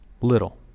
little